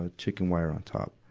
ah chicken wire on top.